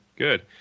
Good